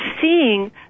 seeing